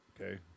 Okay